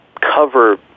cover